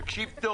תקשיב טוב